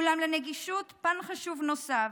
אולם לנגישות פן חשוב נוסף,